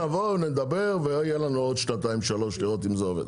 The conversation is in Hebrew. נבוא נדבר ויהיה לנו עוד שנתיים שלוש לראות אם זה עובד.